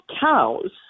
cows